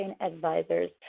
Advisors